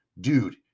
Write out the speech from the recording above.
Dude